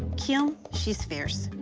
kim she's fierce.